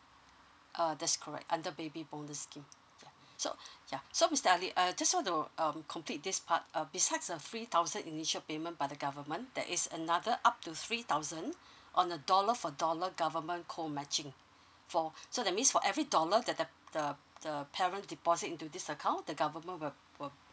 uh that's correct under baby bonus scheme so yeah so we study uh just though to complete this part uh besides a three thousand initial payment by the government there is another up to three thousand on a dollar for dollar government co matching for so that means for every dollar that the the the parent deposit into this account the government will will